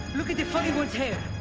look at the furry one's hair!